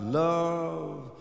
love